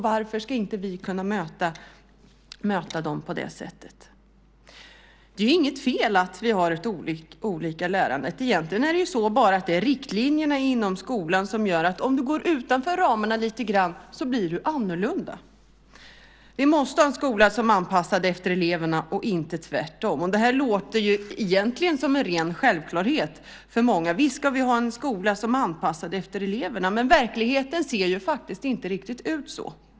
Varför ska inte vi kunna möta dem på det sättet? Det är inget fel att vi har olika slags lärande. Egentligen är det bara riktlinjerna inom skolan som gör att om du går utanför lite grann blir du annorlunda. Vi måste ha en skola som är anpassad efter eleverna och inte tvärtom. Det låter som en ren självklarhet för många. Visst ska vi ha en skola som är anpassad efter eleverna. Men verkligheten ser faktiskt inte riktigt ut så.